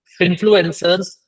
influencers